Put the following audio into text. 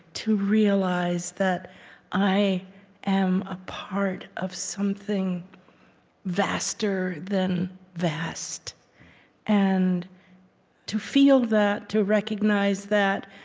to realize that i am a part of something vaster than vast and to feel that, to recognize that,